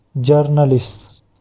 journalists